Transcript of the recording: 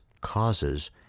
causes